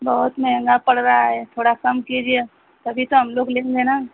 बहुत महंगा पड़ रहा है थोड़ा कम कीजिए तभी तो हम लोग लेंगे ना